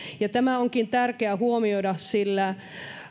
tämä onkin tärkeä huomioida sillä